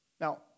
Now